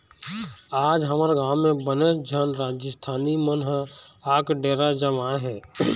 आज हमर गाँव म बनेच झन राजिस्थानी मन ह आके डेरा जमाए हे